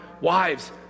wives